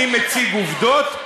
אני מציג עובדות,